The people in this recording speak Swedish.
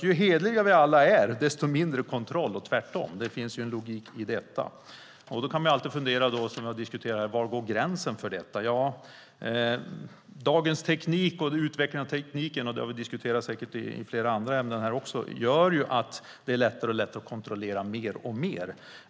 Ju hederligare vi alla är, desto mindre kontroll och tvärtom - det finns en logik i det. Man kan alltid fundera över var gränsen för detta går. Dagens teknik och utvecklingen av teknik - det har vi diskuterat i flera andra ärenden - gör att det är lättare och lättare att kontrollera mer och mer.